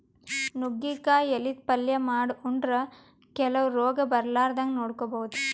ನುಗ್ಗಿಕಾಯಿ ಎಲಿದ್ ಪಲ್ಯ ಮಾಡ್ ಉಂಡ್ರ ಕೆಲವ್ ರೋಗ್ ಬರಲಾರದಂಗ್ ನೋಡ್ಕೊಬಹುದ್